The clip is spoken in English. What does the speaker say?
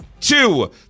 Two